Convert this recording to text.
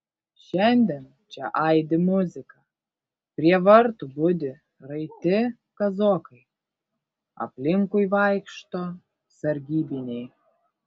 šiandien čia aidi muzika prie vartų budi raiti kazokai aplinkui vaikšto sargybiniai